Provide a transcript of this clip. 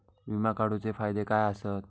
विमा काढूचे फायदे काय आसत?